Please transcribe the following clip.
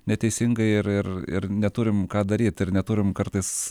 neteisingai ir ir ir neturim ką daryti ir neturim kartais